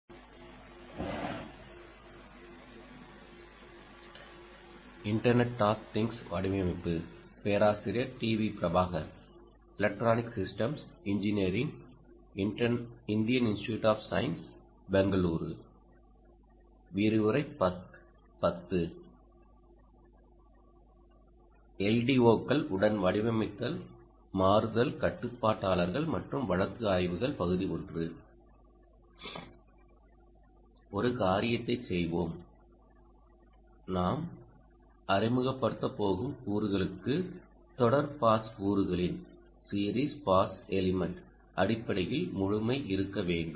ஒரு காரியத்தைச் செய்வோம் நாம் அறிமுகப்படுத்தப் போகும் கூறுகளுக்கு தொடர் பாஸ் கூறுகளின் அடிப்படையில் முழுமை இருக்க வேண்டும்